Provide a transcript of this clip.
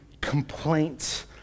complaints